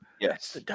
Yes